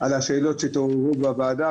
על השאלות שהתעוררו בוועדה,